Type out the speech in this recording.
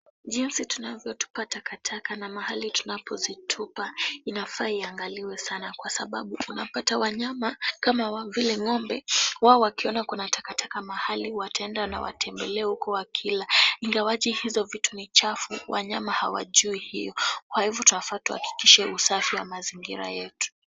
Jinsi tunavyotupa takataka na mahali tunapo zitupa, inafaa iangaliwe sana kwa sababu unapata wanyama kama wao, vile ng'ombe, wao wakiona kuna takataka mahali, wataenda na watembelee huko wakila. Ingawaje hizo vitu ni chafu, wanyama hawajui hiyo. Kwa hivyo twafaa tuhakikishe usafi wa mazingira yetu.